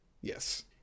Yes